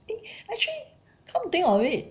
eh actually come to think of it